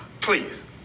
Please